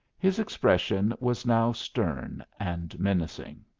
his expression was now stern and menacing.